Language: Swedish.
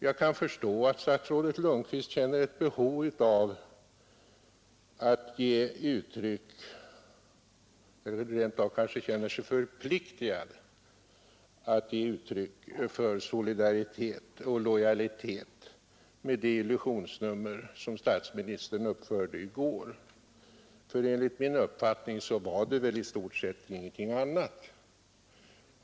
Jag kan förstå att statsrådet Lundkvist har ett behov av eller rent av kanske känner sig förpliktigad att ge uttryck för solidaritet och lojalitet med statsministern efter det illusionsnummer som statsministern utförde i går. För enligt min uppfattning var det väl i stort sett ingenting annat.